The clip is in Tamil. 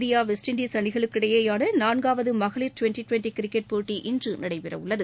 இந்தியா வெஸ்ட் இண்டீஸ் அணிகளுக்கு இடையிலான நான்காவது மகளிர் டுவெண்டி டுவெண்டி கிரிக்கெட் போட்டி இன்று நடைபெறவுள்ளது